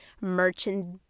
merchandise